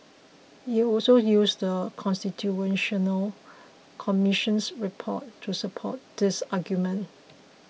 he also used The Constitutional Commission's report to support this argument